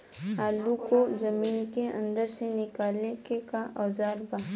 आलू को जमीन के अंदर से निकाले के का औजार बा?